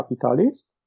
capitalist